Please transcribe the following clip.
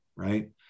right